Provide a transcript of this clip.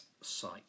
site